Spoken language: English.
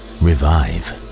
revive